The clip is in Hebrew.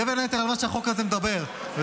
זה בין היתר מה שהחוק הזה מדבר עליו,